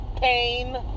pain